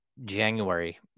January